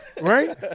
Right